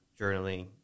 journaling